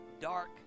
dark